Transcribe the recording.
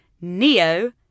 Neo